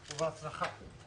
בבקשה, ובהצלחה.